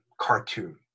cartoon